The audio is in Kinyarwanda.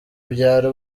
ubyara